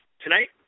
Tonight